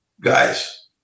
guys